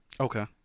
Okay